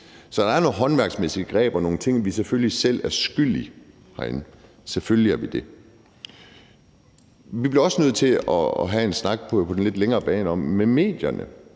Så der er nogle håndværksmæssige greb og nogle ting herinde, vi selvfølgelig selv er skyld i; selvfølgelig er vi det. Vi bliver også nødt til på den lidt længere bane at have en